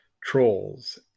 Trolls